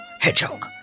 Hedgehog